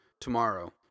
tomorrow